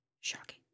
Shocking